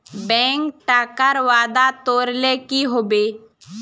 bank टाकार वादा तोरले कि हबे